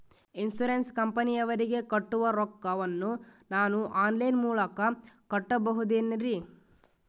Insurance ಕಂಪನಿಯವರಿಗೆ ಕಟ್ಟುವ ರೊಕ್ಕ ವನ್ನು ನಾನು ಆನ್ ಲೈನ್ ಮೂಲಕ ಕಟ್ಟಬಹುದೇನ್ರಿ?